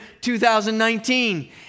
2019